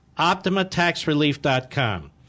OptimaTaxRelief.com